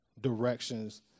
directions